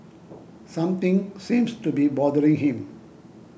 something seems to be bothering him